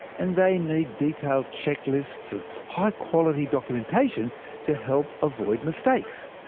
and they need detailed checklists of high-quality documentation to help avoid mistakes.